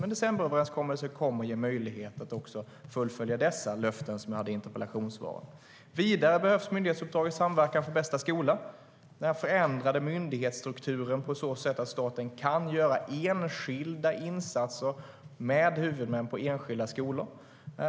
Men decemberöverenskommelsen kommer att ge möjlighet att fullfölja också dessa löften som jag också nämnde i interpellationssvaret. Vidare behövs myndighetsuppdrag i samverkan för bästa skola. Det innebär en förändrad myndighetsstruktur på så sätt att staten kan göra enskilda insatser med huvudmän på enskilda skolor.